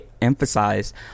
emphasize